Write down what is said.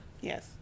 yes